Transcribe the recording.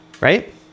right